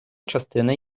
частина